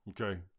okay